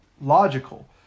logical